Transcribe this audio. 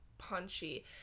punchy